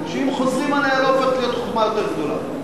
שאם חוזרים עליה היא לא הופכת להיות חוכמה יותר גדולה.